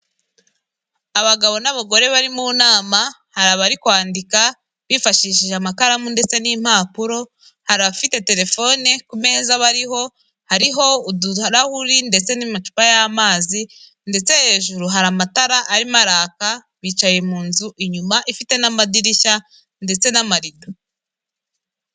Abagabo n'abagore bari mu nama hari abari kwandika bifashishije amakaramu ndetse n'impapuro, hari abafite telefone ku meza bariho, hariho uturahuri ndetse n'amacupa y'amazi ndetse hejuru hari amatara arimo araka bicaye mu nzu inyuma ifite n'amadirishya ndetse n'amarido.